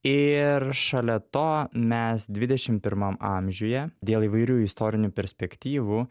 ir šalia to mes dvidešim pirmam amžiuje dėl įvairių istorinių perspektyvų